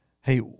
hey